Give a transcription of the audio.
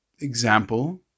example